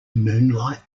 moonlight